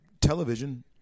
television